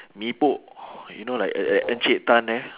mee pok you know like at at encik tan there